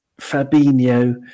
Fabinho